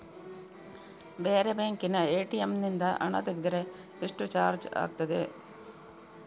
ಬೇರೆ ಬ್ಯಾಂಕಿನ ಎ.ಟಿ.ಎಂ ನಿಂದ ಹಣ ತೆಗೆದರೆ ಎಷ್ಟು ಚಾರ್ಜ್ ಆಗುತ್ತದೆ?